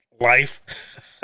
life